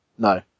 No